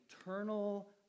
eternal